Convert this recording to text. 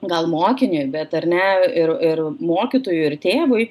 gal mokiniui bet ar ne ir ir mokytojui ir tėvui